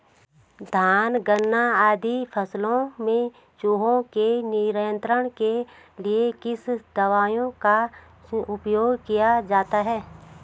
धान गन्ना आदि फसलों में चूहों के नियंत्रण के लिए किस दवाई का उपयोग किया जाता है?